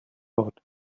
thought